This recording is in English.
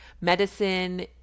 medicine